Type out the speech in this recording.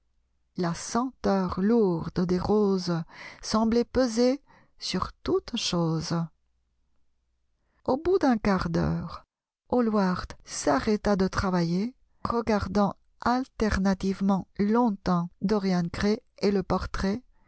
la senteur lourde des roses semblait peser sur toute chose au bout d'un quart d'heure hallward s'arrêta de travailler regardant alternativement longtemps dorian gray et le portrait